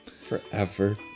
Forever